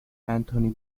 anthony